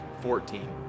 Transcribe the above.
Fourteen